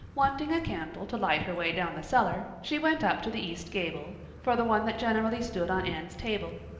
wanting a candle to light her way down the cellar, she went up to the east gable for the one that generally stood on anne's table.